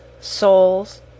souls